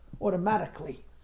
automatically